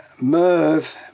Merv